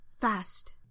fast